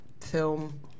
film